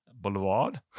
Boulevard